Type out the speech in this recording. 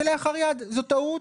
שזו טעות